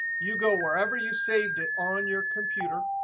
you go wherever you saved it on your computer.